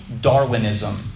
Darwinism